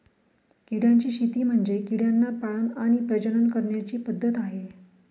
किड्यांची शेती म्हणजे किड्यांना पाळण आणि प्रजनन करण्याची पद्धत आहे